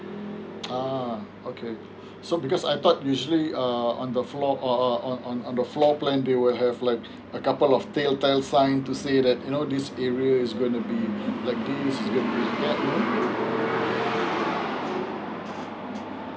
uh okay um so because I thought usually uh on the floor err err on on on the floor plan they will have like a couple of tail tale signs to say that you know this area is going to be like this is going to be like that you know